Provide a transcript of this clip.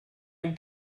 dem